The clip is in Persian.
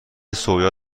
سویا